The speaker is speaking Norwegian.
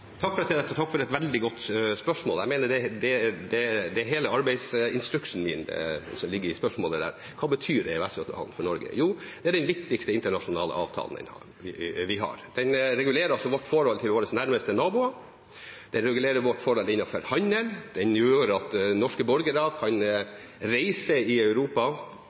Takk for et veldig godt spørsmål. Hele arbeidsinstruksen min ligger i det spørsmålet der. Hva betyr EØS-avtalen for Norge? Jo, det er den viktigste internasjonale avtalen vi har. Den regulerer altså vårt forhold til våre nærmeste naboer, den regulerer vårt forhold innenfor handel, den gjør at norske borgere kan reise dit man vil i Europa.